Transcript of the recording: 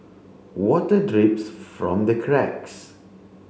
water drips from the cracks